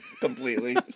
completely